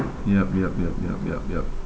yup yup yup yup yup yup